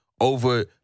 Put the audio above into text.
over